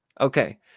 okay